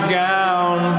gown